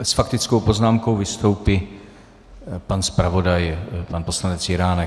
S faktickou poznámkou vystoupí pan zpravodaj pan poslanec Jiránek.